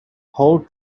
whole